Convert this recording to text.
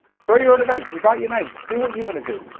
throw your own event, invite your mates, do what you want to do.